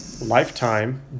Lifetime